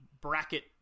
bracket